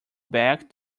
back